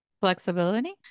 Flexibility